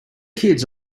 kids